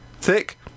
thick